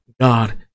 God